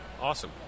Awesome